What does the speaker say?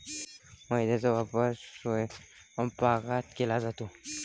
मैद्याचा वापर स्वयंपाकात केला जातो